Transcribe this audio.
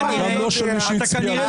אני לתומי חשבתי --- אני בהלם.